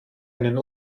einen